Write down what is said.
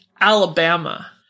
Alabama